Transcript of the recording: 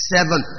Seven